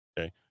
Okay